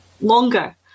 longer